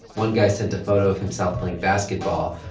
one guy sent a photo of himself playing basketball.